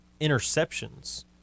interceptions